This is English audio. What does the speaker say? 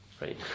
right